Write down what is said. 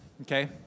Okay